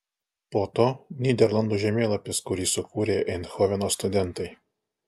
po to nyderlandų žemėlapis kurį sukūrė eindhoveno studentai